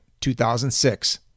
2006